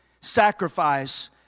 sacrifice